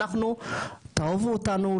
אנחנו תאהבו אותנו,